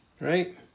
right